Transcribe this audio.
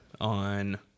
on